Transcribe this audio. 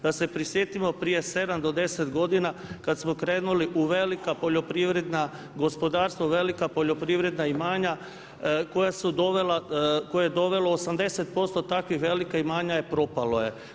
Da se prisjetimo prije 7 do 10 godina kad smo krenuli u velika poljoprivredna gospodarstva, u velika poljoprivredna imanja koje je dovelo 80% takvih velikih imanja propalo je.